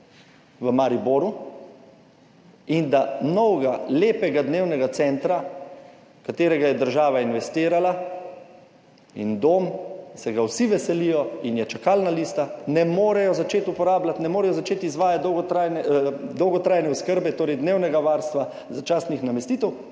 v Mariboru in da novega lepega dnevnega centra, katerega je država investirala in dom, se ga vsi veselijo in je čakalna lista, ne morejo začeti uporabljati, ne morejo začeti izvajati dolgotrajne, dolgotrajne oskrbe, torej dnevnega varstva, začasnih namestitev,